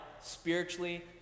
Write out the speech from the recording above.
spiritually